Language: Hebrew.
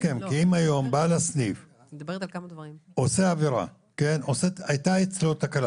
היום בעל הסניף עושה עבירה, הייתה אצלו תקלה